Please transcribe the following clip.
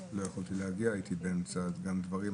לא יכולתי להגיע כי הייתי באמצע דברים,